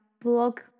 Blog